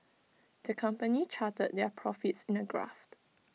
the company charted their profits in A graphed